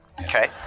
Okay